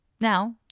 Now